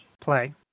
play